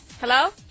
Hello